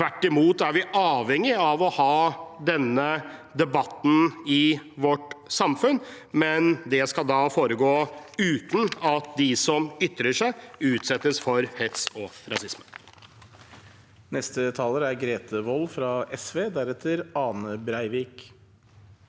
Tvert imot er vi avhengige av å ha denne debatten i vårt samfunn, men den skal foregå uten at de som ytrer seg, utsettes for hets og rasisme.